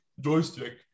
joystick